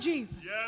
Jesus